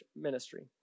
ministry